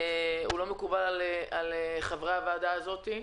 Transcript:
הוא לא מקובל על חברי הוועדה הזאת.